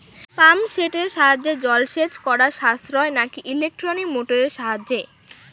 Pump সেটের সাহায্যে জলসেচ করা সাশ্রয় নাকি ইলেকট্রনিক মোটরের সাহায্যে?